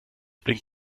blinkt